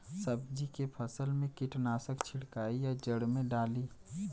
सब्जी के फसल मे कीटनाशक छिड़काई या जड़ मे डाली?